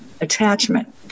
attachment